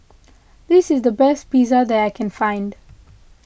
this is the best Pizza that I can find